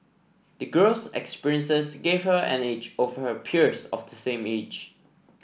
the girl's experiences gave her an edge over her peers of the same age